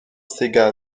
sega